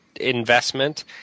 investment